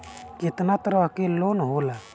केतना तरह के लोन होला?